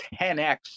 10x